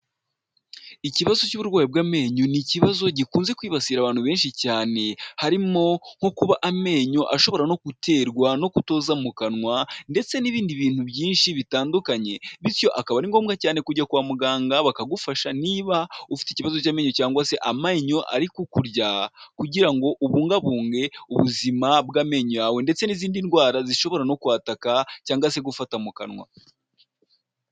Ikibazo cy'uburwayi bw'amenyo ni ikibazo gikunze kwibasira abantu benshi cyane, harimo nko kuba amenyo ashobora no guterwa no kutoza mu kanwa ndetse n'ibindi bintu byinshi bitandukanye bityo akaba ari ngombwa cyane kujya kwa muganga bakagufasha, niba ufite ikibazo cy'ayo cyangwa se amenyo ari kukurya kugira ngo ubungabunge ubuzima bw'amenyo yawe ndetse n'izindi ndwara zishobora no kwataka cyangwa se gufata mu kanwa.